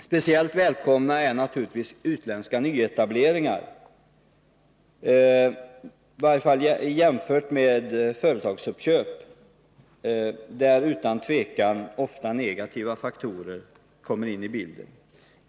Speciellt välkomna är naturligtvis utländska nyetableringar, i varje fall jämfört med företagsuppköp, där utan tvivel ofta negativa faktorer kommer in i bilden.